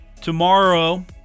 tomorrow